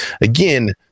again